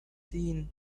seen